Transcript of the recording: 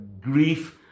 grief